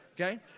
okay